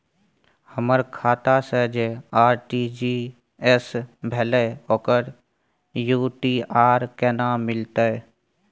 हमर खाता से जे आर.टी.जी एस भेलै ओकर यू.टी.आर केना मिलतै?